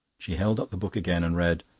she held up the book again and read.